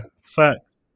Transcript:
facts